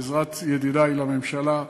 בעזרת ידידי לממשלה,